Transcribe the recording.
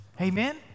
Amen